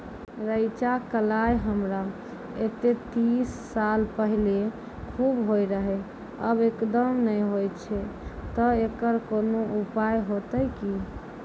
रेचा, कलाय हमरा येते तीस साल पहले खूब होय रहें, अब एकदम नैय होय छैय तऽ एकरऽ कोनो उपाय हेते कि?